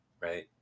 Right